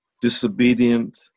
disobedient